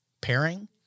pairing